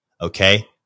Okay